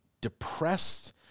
depressed